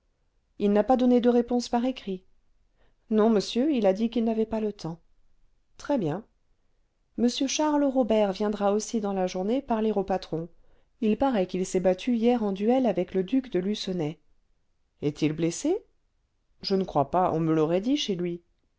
il n'a pas donné de réponse par écrit non monsieur il a dit qu'il n'avait pas le temps très-bien m charles robert viendra aussi dans la journée parler au patron il paraît qu'il s'est battu hier en duel avec le duc de lucenay est-il blessé je ne crois pas on me l'aurait dit chez lui